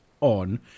on